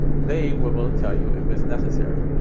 they will will tell you if it's necessary.